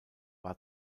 war